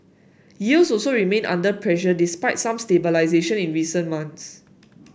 yields also remain under pressure despite some stabilisation in recent months